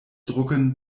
drucken